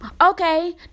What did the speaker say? Okay